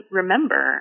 remember